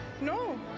no